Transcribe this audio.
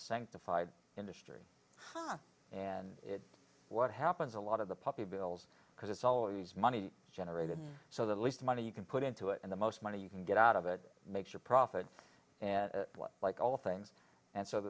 sanctified industry and it's what happens a lot of the puppy bills because it's always money generated so the least money you can put into it and the most money you can get out of it makes a profit and like all things and so